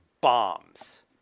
bombs